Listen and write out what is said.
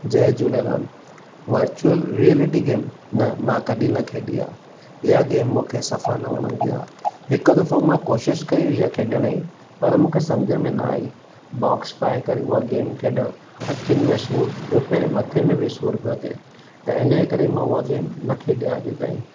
जय Jhulelal virtual reality game न मां कॾहिं न खेॾी आहे हीअ गेम मूंखे सफ़ा न वणंदी आहे हिकु दफ़ो मां कोशिशि कई हुई खेॾण जी पर मूंखे समुझ में न आई बॉक्स पाए करे हू गेम खेॾण अखियुनि में सूरु पियो पए मथे में बि सूरु पियो थिए त इनजे करे मां हूअ गेम न खेॾी आहे अॼु ताईं